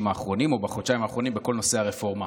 האחרונים או בחודשיים האחרונים בכל נושא הרפורמה.